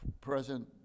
present